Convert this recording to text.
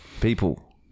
People